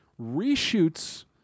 Reshoots